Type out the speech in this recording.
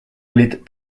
oli